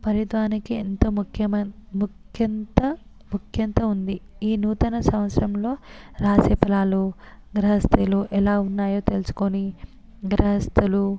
పరిద్వానికి ఎంత ముఖ్య ముఖ్యాంత ముఖ్యాంత ఉంది ఈ నూతన సంవత్సరంలో రాశి ఫలాలు గ్రహస్తులు ఎలా ఉన్నాయో తెలుసుకొని గ్రహస్తులు